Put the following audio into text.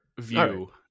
view